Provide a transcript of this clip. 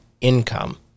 income